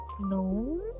no